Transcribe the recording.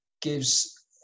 gives